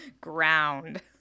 ground